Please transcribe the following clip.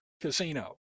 Casino